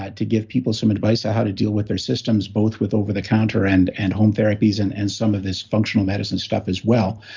ah to give people some advice on how to deal with their systems, both with over the counter and and home therapies and and some of this functional medicine stuff as well.